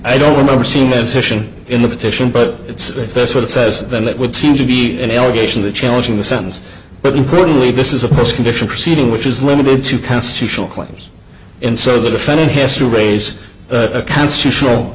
i don't remember seeing him in session in the petition but it's if that's what it says then that would seem to be an allegation that challenging the sentence but unfortunately this is a postcondition proceeding which is limited to constitutional claims and so the defendant has to raise a constitutional